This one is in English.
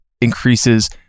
increases